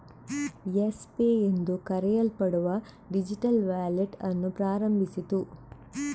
Yes Pay ಎಂದು ಕರೆಯಲ್ಪಡುವ digital wallet ಅನ್ನು ಪ್ರಾರಂಭಿಸಿತು